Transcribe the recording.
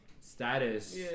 Status